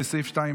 לסעיף 2,